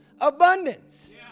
abundance